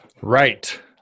Right